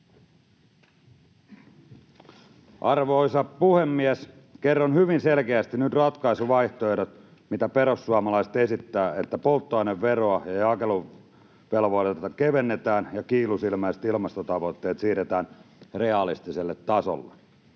Arvoisa puhemies! Kerron hyvin selkeästi nyt ratkaisuvaihtoehdot, mitä perussuomalaiset esittävät, eli polttoaineveroa ja jakeluvelvoitetta kevennetään ja kiilusilmäiset ilmastotavoitteet siirretään realistiselle tasolle.